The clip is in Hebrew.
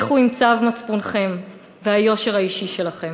לכו עם צו מצפונכם והיושר האישי שלכם.